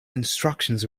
instructions